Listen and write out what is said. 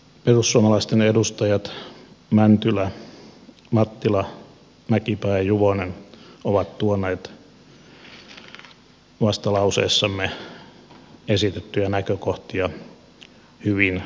perussuomalaisten edustajat mäntylä mattila mäkipää ja juvonen ovat tuoneet vastalauseessamme esitettyjä näkökohtia hyvin esiin